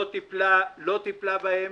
לא טיפלה בהם